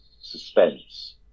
suspense